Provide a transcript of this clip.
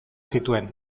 zituen